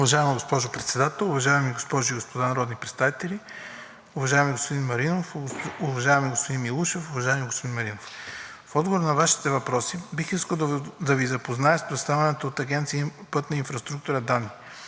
Уважаема госпожо Председател, уважаеми госпожи и господа народни представители! Уважаеми господин Маринов, уважаеми господин Милушев, уважаеми господин Маринов, в отговор на Вашите въпроси бих искал да Ви запозная с представените от Агенция „Пътна инфраструктура“ данни.